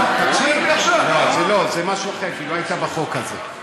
זה משהו אחר, כי לא היית בחוק הזה.